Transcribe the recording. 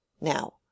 Now